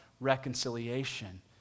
reconciliation